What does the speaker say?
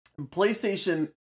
playstation